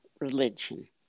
religion